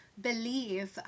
believe